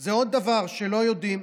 וזה עוד דבר שלא יודעים,